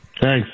Thanks